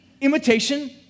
imitation